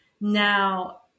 Now